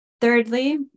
Thirdly